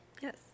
Yes